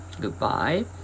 Goodbye